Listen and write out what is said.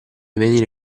venire